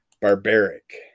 Barbaric